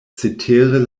cetere